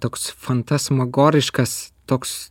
toks fantasmagoriškas toks